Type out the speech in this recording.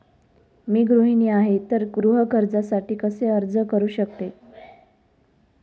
मी गृहिणी आहे तर गृह कर्जासाठी कसे अर्ज करू शकते?